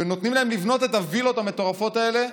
ונותנים להם לבנות את הווילות המטורפות האלה,